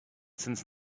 since